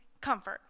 comfort